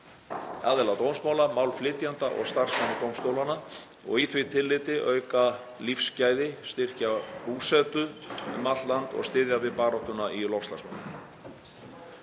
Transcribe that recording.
aðila dómsmála, málflytjenda og starfsmanna dómstólanna og í því tilliti auka lífsgæði, styrkja búsetu um allt land og styðja við baráttuna í loftslagsmálum.